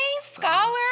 scholar